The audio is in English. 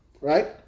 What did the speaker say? Right